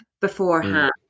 beforehand